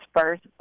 first